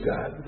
God